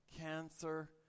cancer